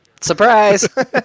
surprise